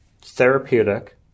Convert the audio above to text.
therapeutic